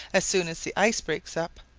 as soon as the ice breaks up,